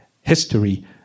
history